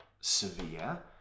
severe